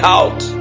out